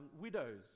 widows